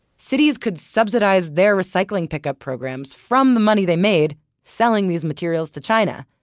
cities could subsidize their recycling pickup programs from the money they made selling these materials to china.